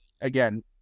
again